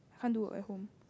can't do work at home